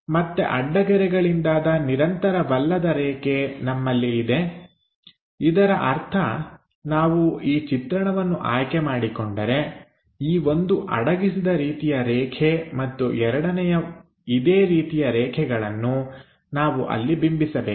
ಮತ್ತೆ ಅಡ್ಡಗೆರೆಗಳಿಂದಾದ ನಿರಂತರವಲ್ಲದ ರೇಖೆ ನಮ್ಮಲ್ಲಿ ಇದೆ ಇದರ ಅರ್ಥ ನಾವು ಈ ಚಿತ್ರಣವನ್ನು ಆಯ್ಕೆ ಮಾಡಿಕೊಂಡರೆ ಈ ಒಂದು ಅಡಗಿಸಿದ ರೀತಿಯ ರೇಖೆ ಮತ್ತು ಎರಡನೆಯ ಇದೇ ರೀತಿಯ ರೇಖೆಗಳನ್ನು ನಾವು ಅಲ್ಲಿ ಬಿಂಬಿಸಬೇಕು